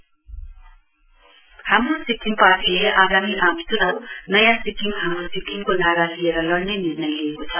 HSP हाम्रो सिक्किम पार्टीले आगामी आम च्नाउ नयाँ सिक्किम हाम्रो सिक्किम नारा लिएर लडुने निर्णय लिएको छ